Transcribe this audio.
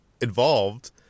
involved